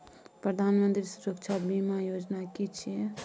प्रधानमंत्री सुरक्षा बीमा योजना कि छिए?